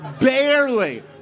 barely